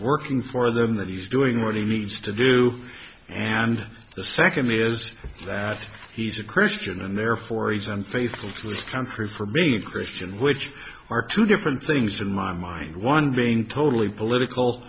working for them that he's doing what he needs to do and the second is that he's a christian and therefore he's unfaithful to his country for me and christian which are two different things in my mind one being totally political